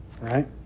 right